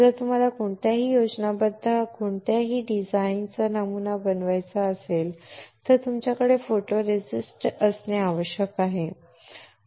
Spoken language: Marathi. जर तुम्हाला कोणत्याही योजनाबद्ध कोणत्याही डिझाइनचा नमुना बनवायचा असेल तर तुमच्याकडे फोटोरेसिस्ट असणे आवश्यक आहे